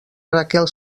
raquel